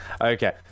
okay